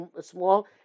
small